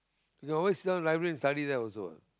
you can always sit down library and study there also what